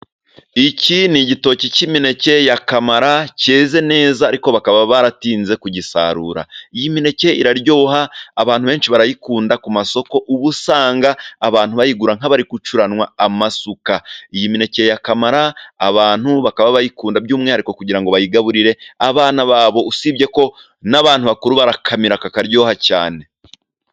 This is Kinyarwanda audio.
Iki ni igitoki cy'imineke ya kamara cyeze neza, ariko bakaba baratinze kugisarura, iyi mineke iraryoha abantu benshi barayikunda, ku masoko ubu usanga abantu bayigura nk'abari gucuranwa amasuka, iyi mineke ya kamara abantu bakaba bayikunda by'umwihariko, kugira ngo bayigaburire abana babo, usibye ko n'abantu bakuru barakamira kakaryoha cyane.